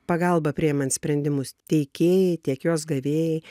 pagalba priimant sprendimus teikėjai tiek jos gavėjai